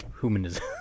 humanism